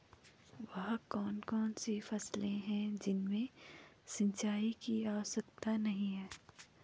वह कौन कौन सी फसलें हैं जिनमें सिंचाई की आवश्यकता नहीं है?